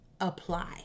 apply